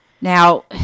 Now